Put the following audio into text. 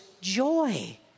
joy